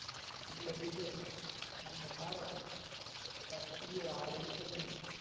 ಇಲ್ಲದಿದ್ದರೆ ನಮ್ಮ ಭಾರತ ಪರಕೀಯರ ಆಡಳಿತದಲ್ಲಿ